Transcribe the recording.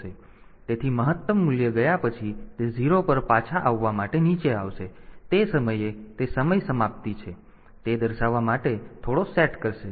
તેથી મહત્તમ મૂલ્ય ગયા પછી તે 0 પર પાછા આવવા માટે નીચે આવશે તે સમયે તે સમયસમાપ્તિ છે તે દર્શાવવા માટે થોડો સેટ કરશે